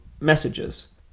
messages